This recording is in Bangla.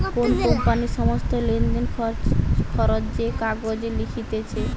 কোন কোম্পানির সমস্ত লেনদেন, খরচ যে কাগজে লিখতিছে